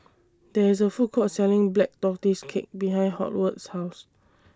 There IS A Food Court Selling Black Tortoise Cake behind Howard's House